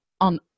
on